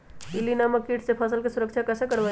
इल्ली नामक किट से फसल के सुरक्षा कैसे करवाईं?